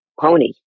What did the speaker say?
pony